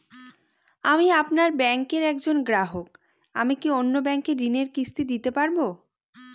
আমি আপনার ব্যাঙ্কের একজন গ্রাহক আমি কি অন্য ব্যাঙ্কে ঋণের কিস্তি দিতে পারবো?